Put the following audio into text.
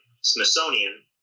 Smithsonian